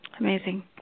amazing